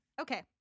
Okay